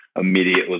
Immediately